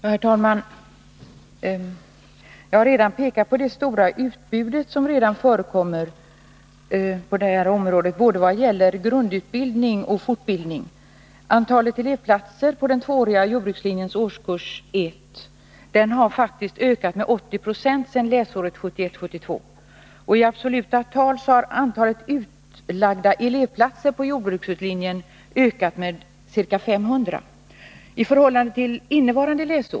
Herr talman! Jag har redan pekat på det stora utbud som förekommer på det här området i vad gäller både grundutbildning och fortbildning. Antalet elevplatser på den tvååriga jordbrukslinjens årskurs 1 har faktiskt ökat med 80 90 sedan läsåret 1971/72, och i absoluta tal har antalet utlagda elevplatser på jordbrukslinjen ökat med ca 500.